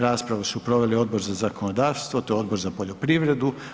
Raspravu su proveli Odbor za zakonodavstvo te Odbor za poljoprivredu.